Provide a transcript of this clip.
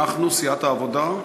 אנחנו, סיעת העבודה,